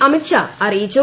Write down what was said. അമിത്ഷാ അറിയിച്ചു